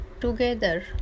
together